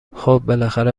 خوب، بالاخره